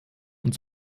und